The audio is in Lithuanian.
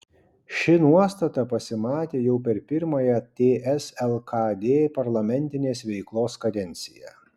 ši nuostata pasimatė jau per pirmąją ts lkd parlamentinės veiklos kadenciją